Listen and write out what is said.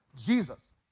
Jesus